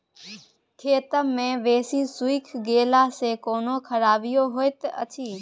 खेत मे बेसी सुइख गेला सॅ कोनो खराबीयो होयत अछि?